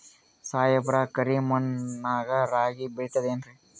ಸಾಹೇಬ್ರ, ಕರಿ ಮಣ್ ನಾಗ ರಾಗಿ ಬೆಳಿತದೇನ್ರಿ?